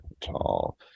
tall